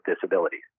disabilities